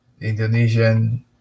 Indonesian